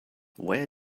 where